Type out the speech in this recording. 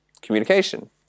communication